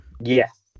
Yes